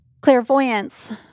clairvoyance